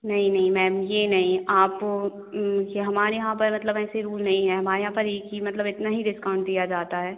नहीं नहीं मैम ये नहीं आप कि हमारे यहाँ पर मतलब ऐसे रूल नहीं हैं हमारे यहाँ पर एक ही मतलब इतना ही डिस्काउंट दिया जाता है